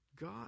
God